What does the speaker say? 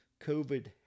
COVID